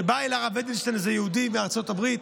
בא אל הרב אדלשטיין איזה יהודי מארצות הברית,